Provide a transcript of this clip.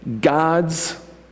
God's